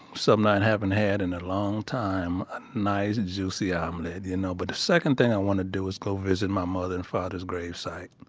something i and haven't had in a long time, a nice juicy omelet, you know. but the second thing i want to do is go visit my mother and father's gravesite.